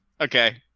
Okay